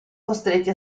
costretti